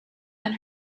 and